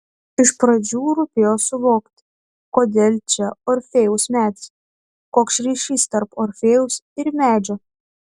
iš pradžių rūpėjo suvokti kodėl čia orfėjaus medis koks ryšys tarp orfėjaus ir medžio